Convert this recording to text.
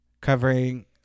covering